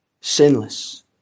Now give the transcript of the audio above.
sinless